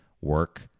work